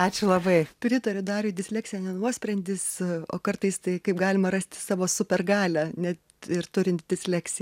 ačiū labai pritariu dariui disleksija ne nuosprendis o kartais tai kaip galima rasti savo supergalią net ir turint disleksiją